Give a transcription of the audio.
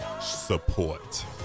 support